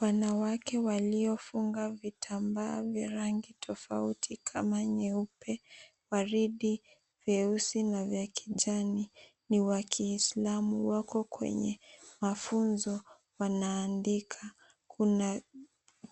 Wanawake waliofunga vitambaa vya rangi tofauti kama nyeupe, waridi, vyeusi na kijani ni wa Kiislamu. Wako kwenye mafunzo, wanaandika. Kuna